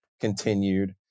continued